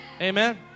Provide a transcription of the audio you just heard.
amen